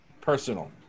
personal